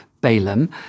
Balaam